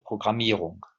programmierung